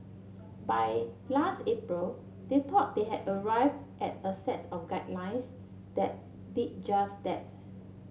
by last April they thought they had arrived at a set of guidelines that did just that